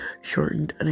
shortened